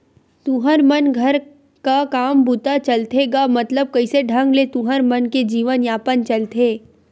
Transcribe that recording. तुँहर मन घर का काम बूता चलथे गा मतलब कइसे ढंग ले तुँहर मन के जीवन यापन चलथे?